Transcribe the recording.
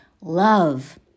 love